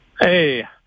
Hey